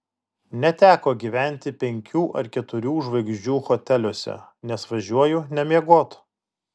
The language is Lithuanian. neteko gyventi penkių ar keturių žvaigždžių hoteliuose nes važiuoju ne miegot